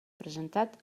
presentat